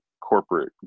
corporate